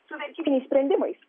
su vertybiniais sprendimais